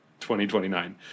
2029